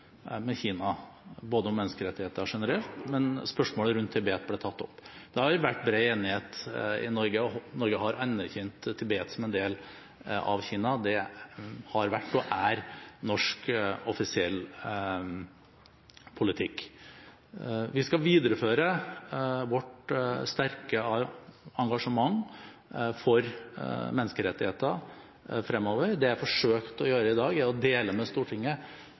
med Kina om menneskerettigheter generelt, men spørsmålet om Tibet ble også tatt opp. Det har vært bred enighet i Norge, og Norge har anerkjent Tibet som en del av Kina. Det har vært og er norsk offisiell politikk. Vi skal videreføre vårt sterke engasjement for menneskerettigheter fremover. Det jeg forsøkte å gjøre i dag, var å dele med Stortinget